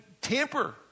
tamper